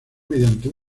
mediante